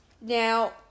now